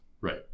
Right